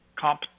comp